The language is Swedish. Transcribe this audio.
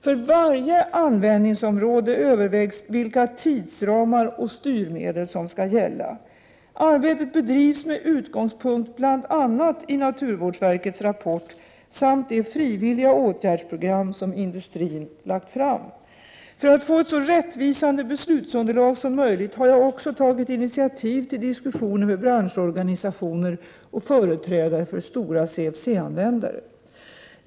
För varje användningsområde övervägs vilka tidsramar och styrmedel som skall gälla. Arbetet bedrivs med utgångspunkt i bl.a. naturvårdsverkets rapport samt de frivilliga åtgärdsprogram som industrin lagt fram. För att få ett så rättvisande beslutsunderlag som möjligt har jag också tagit initiativ till diskussioner med branschorganisationer och företrädare för stora CFC användare.